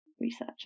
researchers